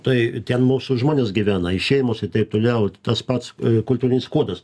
tai ten mūsų žmonės gyvena i šeimos i taip toliau tas pats kultūrinis kodas